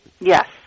Yes